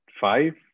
five